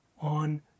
on